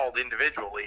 individually